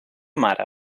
mare